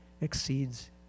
exceeds